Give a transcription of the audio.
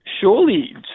Surely